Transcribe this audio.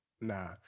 Nah